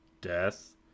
death